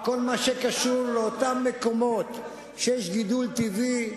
כל מה שקשור לאותם מקומות שיש בהם גידול טבעי,